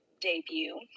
Debut